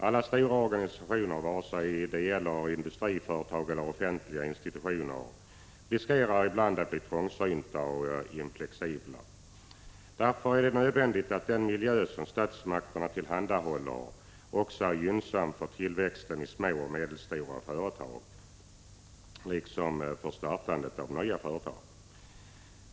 Alla stora organisationer — vare sig det gäller industriföretag eller offentliga institutioner — riskerar ibland att bli trångsynta och oflexibla. Därför är det nödvändigt att den miljö som statsmakterna skapar också är gynnsam för tillväxten i små och.medelstora företag, liksom för startandet av nya företag.